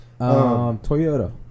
Toyota